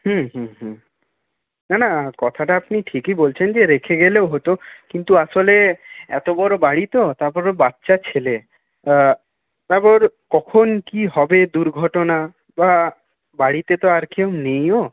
হুম হুম হুম না না কথাটা আপনি ঠিকই বলছেন যে রেখে গেলেও হতো কিন্তু আসলে এত বড়ো বাড়ি তো তারপরে ও বাচ্চা ছেলে তারপর কখন কী হবে দুর্ঘটনা বা বাড়িতে তো আর কেউ নেইও